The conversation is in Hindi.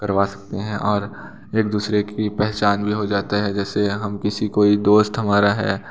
करवा सकते हैं और एक दूसरे की पहचान भी हो जाती जैसे हम किसी कोई दोस्त हमारा है